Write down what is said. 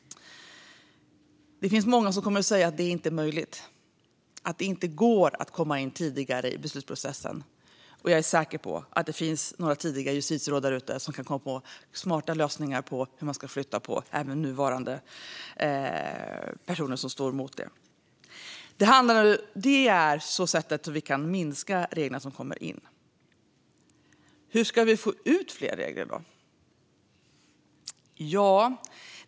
Det finns många som kommer att säga att det inte är möjligt, att det inte går att komma in tidigare i beslutsprocessen. Jag är säker på att det finns några tidigare justitieråd som kan komma på smarta lösningar på hur man kan flytta på personer som för närvarande står emot. Det här är sättet vi kan minska mängden regler som kommer in. Hur ska vi få ut fler regler?